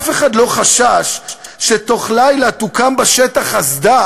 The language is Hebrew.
אף אחד לא חשש שבתוך לילה תוקם בשטח אסדה